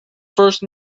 first